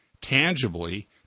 tangibly